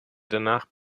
danach